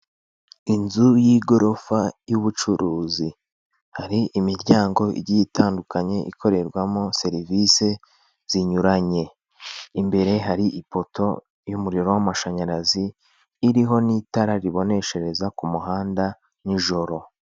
Inzu y'igorofa y'ubucuruzi hari imiryango igiye itandukanye ikorerwamo serivisi zinyuranye; imbere hari ipoto y'umuriro w'amashanyarazi iriho n'itara riboneshereza ku muhanda nijoro.